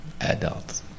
adults